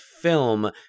film